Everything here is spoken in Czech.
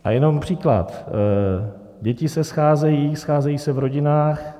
A jenom příklad: děti se scházejí, scházejí se v rodinách.